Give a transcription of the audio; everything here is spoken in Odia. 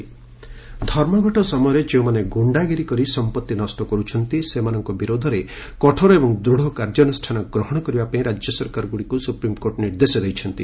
ଲ' ଏସ୍ସି ଭାଣ୍ଡାଲିକମ୍ ଧର୍ମଘଟ ସମୟରେ ଯେଉଁମାନେ ଗୁଣ୍ଡାଗିରି କରି ସମ୍ପତ୍ତି ନଷ୍ଟ କରୁଛନ୍ତି ସେମାନଙ୍କ ବିରୋଧରେ କଠୋର ଏବଂ ଦୃଢ଼ କାର୍ଯ୍ୟାନୁଷ୍ଠାନ ଗ୍ରହଣ କରିବାପାଇଁ ରାଜ୍ୟ ସରକାରଗୁଡ଼ିକୁ ସୁପ୍ରିମ୍କୋର୍ଟ ନିର୍ଦ୍ଦେଶ ଦେଇଛନ୍ତି